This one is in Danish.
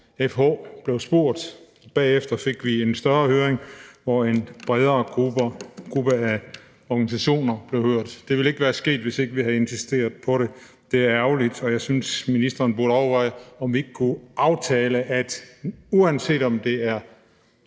FH blev spurgt. Bagefter fik vi en større høring, hvor en bredere gruppe af organisationer blev hørt. Det ville ikke være sket, hvis ikke vi havde insisteret på det. Det er ærgerligt, og jeg synes, at ministeren burde overveje, om vi ikke kunne aftale, at uanset om det er